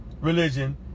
religion